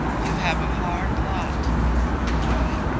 you have a hard lot remarked i.